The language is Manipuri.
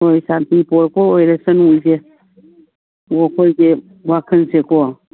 ꯍꯣꯏ ꯁꯥꯟꯇꯤ ꯄꯣꯔꯛꯄ ꯑꯣꯏꯔꯁꯅꯨ ꯏꯆꯦ ꯑꯣ ꯑꯩꯈꯣꯏꯗꯤ ꯋꯥꯈꯟꯁꯦꯀꯣ